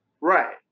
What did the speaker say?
Right